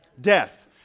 Death